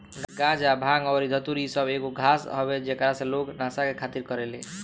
गाजा, भांग अउरी धतूर इ सब एगो घास हवे जेकरा से लोग नशा के खातिर करेले